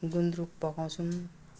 गुन्द्रुक पकाउँछौँ